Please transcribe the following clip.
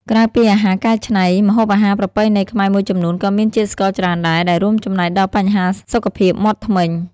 ក្រៅពីអាហារកែច្នៃ ម្ហូបអាហារប្រពៃណីខ្មែរមួយចំនួនក៏មានជាតិស្ករច្រើនដែរ ដែលរួមចំណែកដល់បញ្ហាសុខភាពមាត់ធ្មេញ។